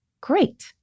great